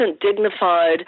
dignified